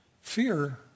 Fear